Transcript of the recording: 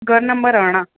घर नंबर अरड़हं